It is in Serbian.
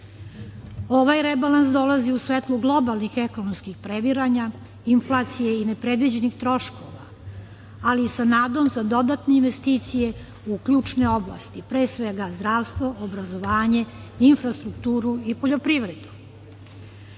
rebalans dolazi u svetlu globalnih ekonomskih previranja, inflacije i nepredviđenih troškova, ali sa nadom za dodatne investicije u ključne oblasti, pre svega zdravstvo, obrazovanje, infrastrukturu i poljoprivredu.